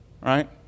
right